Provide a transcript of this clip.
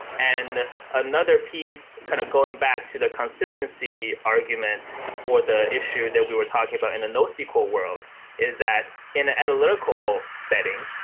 and another piece kind of going back to the consistency argument or the issue that we were talking about in the nosql world is that in an analytical setting,